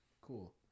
Cool